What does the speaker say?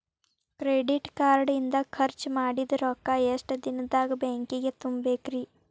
Credit card ಇಂದ್ ಖರ್ಚ್ ಮಾಡಿದ್ ರೊಕ್ಕಾ ಎಷ್ಟ ದಿನದಾಗ್ ಬ್ಯಾಂಕಿಗೆ ತುಂಬೇಕ್ರಿ?